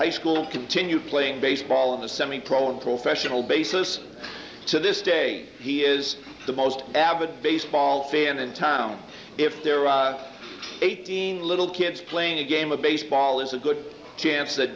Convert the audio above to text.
high school continued playing baseball in the semi pro or professional basis to this day he is the most avid baseball fan in town if there were eighteen little kids playing a game of baseball is a good chance that